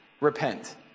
repent